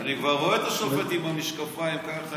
אני כבר רואה את השופט עם המשקפיים ככה